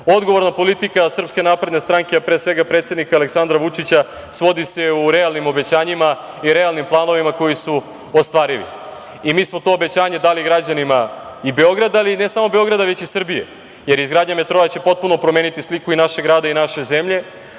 politika SNS, a pre svega predsednika Aleksandra Vučića svodi se u realnim obećanjima i realnim planovima koji su ostvarivi. Mi smo to obećanje dali građanima i Beograda, ali ne samo Beograda, već i Srbije, jer izgradnja metroa će potpuno promeniti sliku i našeg grada i naše zemlje,